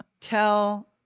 tell